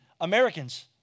Americans